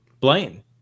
Blaine